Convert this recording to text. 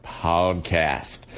podcast